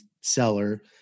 seller